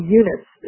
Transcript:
units